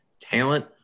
talent